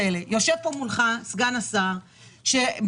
מדברת עם התעסוקה, פה